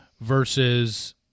versus